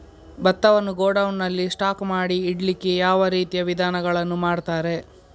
ಭತ್ತವನ್ನು ಗೋಡೌನ್ ನಲ್ಲಿ ಸ್ಟಾಕ್ ಮಾಡಿ ಇಡ್ಲಿಕ್ಕೆ ಯಾವ ರೀತಿಯ ವಿಧಾನಗಳನ್ನು ಮಾಡ್ತಾರೆ?